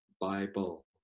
Bible